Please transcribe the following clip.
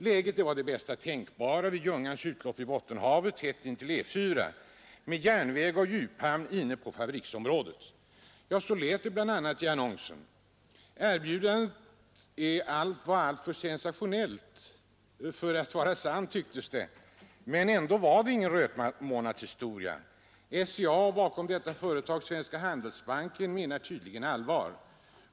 Läget var det bästa tänkbara vid Ljungans utlopp i Bottenhavet tätt intill E 4 med järnväg och djuphamn inne på fabriksområdet. Ja, så lät det bl.a. i annonsen. Erbjudandet var alltför sensationellt för att vara sant, tycktes det. Men ändå var det ingen rötmånadshistoria. SCA och bakom detta företag Svenska handelsbanken menar tydligen allvar.